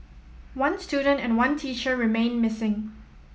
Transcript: one student and one teacher remain missing